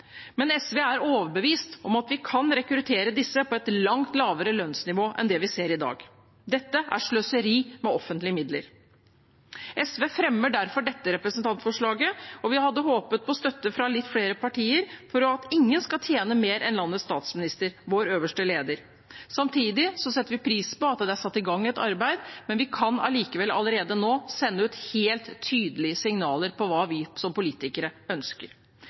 men SV er overbevist om at vi kan rekruttere disse på et langt lavere lønnsnivå enn det vi ser i dag. Dette er sløseri med offentlige midler. SV fremmer derfor dette representantforslaget, og vi hadde håpet på støtte fra litt flere partier for at ingen skal tjene mer enn landets statsminister, vår øverste leder. Samtidig setter vi pris på at det er satt i gang et arbeid, men vi kan allikevel allerede nå sende ut helt tydelige signaler om hva vi som politikere ønsker.